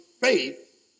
faith